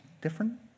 different